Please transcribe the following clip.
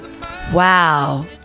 wow